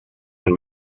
and